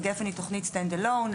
גפ"ן היא תוכנית stand alone,